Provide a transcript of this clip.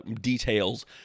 details